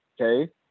Okay